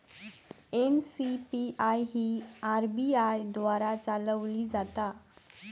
NCPI ही RBI द्वारा चालवली जाता